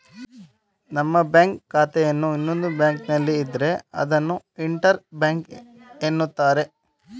ನಮ್ಮ ಬ್ಯಾಂಕ್ ಖಾತೆಯನ್ನು ಇನ್ನೊಂದು ಬ್ಯಾಂಕ್ನಲ್ಲಿ ಇದ್ರೆ ಅದನ್ನು ಇಂಟರ್ ಬ್ಯಾಂಕ್ ಎನ್ನುತ್ತಾರೆ